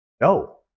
no